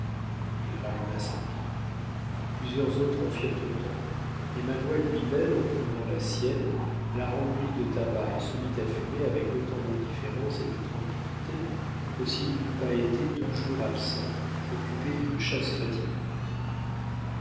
il ralluma sa pipe plusieurs autres en firent autant et magua lui-même prenant la sienne la remplit de tabac et se mit à fumer avec autant d'indifférence et de tranquillité que s'il n'eût pas été deux jours absent occupé d'une chasse fatigante